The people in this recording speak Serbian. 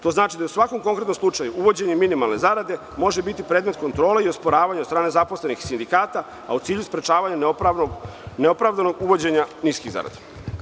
To znači, da u svakom konkretnom slučaju uvođenje minimalne zarade može biti predmet kontrole i osporavanja od strane zaposlenih, sindikata, a u cilju sprečavanja neopravdanog uvođenja niskih zarada.